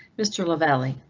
mr. lavalley.